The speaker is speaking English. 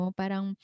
parang